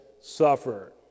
suffer